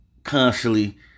Constantly